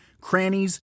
crannies